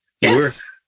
yes